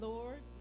Lord